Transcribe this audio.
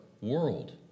world